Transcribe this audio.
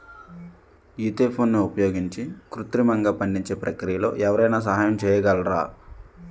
ఈథెఫోన్ని ఉపయోగించి కృత్రిమంగా పండించే ప్రక్రియలో ఎవరైనా సహాయం చేయగలరా?